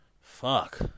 Fuck